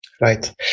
Right